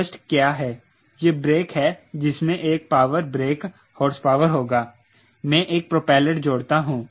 thrust क्या है यह ब्रेक है जिसमें एक पावर ब्रेक हॉर्सपावर होगा मैं एक प्रोपेलर जोडता हूं